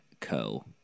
Co